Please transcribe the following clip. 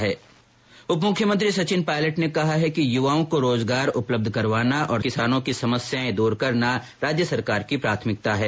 उप मुख्यमंत्री सचिन पायलट ने कहा है कि युवाओं को रोजगार उपलब्ध कराना और किसानों की समस्याएं दूर करना राज्य सरकार की प्राथमिकता है